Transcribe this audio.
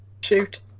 shoot